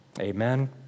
Amen